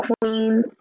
Queen